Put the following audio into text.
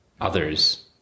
others